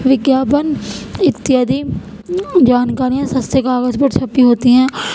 وگیاپن اتیادی جانکاریاں سستے کاغذ پر چھپی ہوتی ہیں